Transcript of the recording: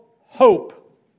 hope